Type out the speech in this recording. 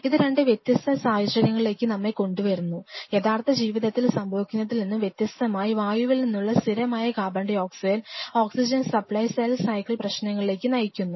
ഇത് രണ്ട് വ്യത്യസ്ത സാഹചര്യങ്ങളിലേക്ക് നമ്മെ കൊണ്ടുവരുന്നു യഥാർത്ഥ ജീവിതത്തിൽ സംഭവിക്കുന്നതിൽ നിന്ന് വ്യത്യസ്തമായി വായുവിൽ നിന്നുള്ള സ്ഥിരമായ CO2 oxygen supply cell cycle പ്രശ്നങ്ങളിലേക്ക് നയിക്കുന്നു